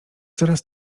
coraz